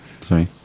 Sorry